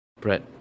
Brett